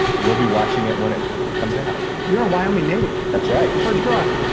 we'll be watching it when it comes out. you're a wyoming native? that's right. where'd you grow up?